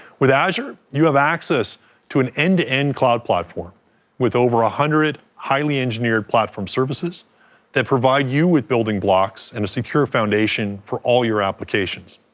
with azure, you have access to an end-to-end cloud platform with over one ah hundred highly engineered platform services that provide you with building blocks and a secure foundation for all your applications.